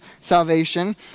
salvation